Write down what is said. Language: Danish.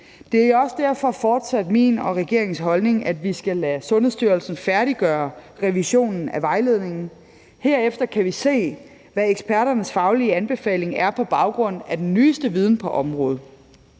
Det er derfor også fortsat min og regeringens holdning, at vi skal lade Sundhedsstyrelsen færdiggøre revisionen af vejledningen. Herefter kan vi se, hvad eksperternes faglige anbefaling er på baggrund af den nyeste viden på området.